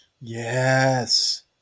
Yes